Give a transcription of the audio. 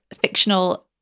fictional